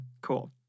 Cool